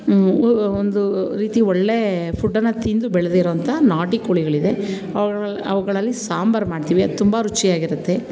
ಒ ಒಂದು ರೀತಿ ಒಳ್ಳೆಯ ಫುಡ್ಡನ್ನು ಅದು ತಿಂದು ಬೆಳೆದಿರುವಂಥ ನಾಟಿ ಕೋಳಿಗಳಿದೆ ಅವ್ಗಳಲ್ಲಿ ಅವುಗಳಲ್ಲಿ ಸಾಂಬಾರು ಮಾಡ್ತೀವಿ ಅದು ತುಂಬ ರುಚಿಯಾಗಿರುತ್ತೆ